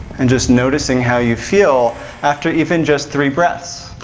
and just noticing how you feel after even just three breaths.